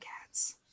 cats